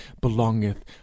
belongeth